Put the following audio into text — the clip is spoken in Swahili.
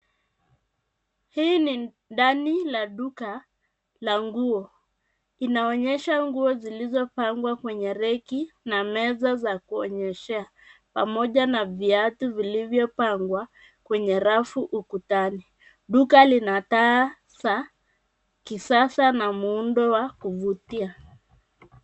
Hii ni ndani la duka la nguo. Inaonyesha nguo zilizopangwa kwenye reki na meza za kuonyeshea pamoja na viatu vilivyopangwa kwenye rafu ukutani. Duka lina taa za kisasa na muundo wa kuvutia.